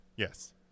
Yes